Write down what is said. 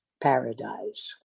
paradise